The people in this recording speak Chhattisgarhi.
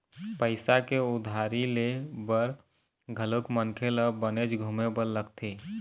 पइसा के उधारी ले बर घलोक मनखे ल बनेच घुमे बर लगथे